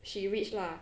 she rich lah